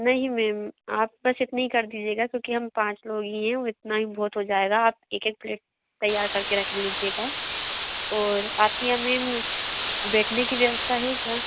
नहीं मेंम आप बस इतना कर दीजिएगा क्योंकि हम पाँच लोग ही हैं इतना ही बहुत हो जाएगा आप एक एक प्लेट तैयार करके रख लीजिएगा और आपके यहाँ मेंम बैठने की व्यवस्था है क्या